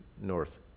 north